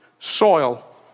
Soil